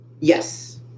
Yes